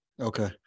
Okay